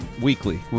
weekly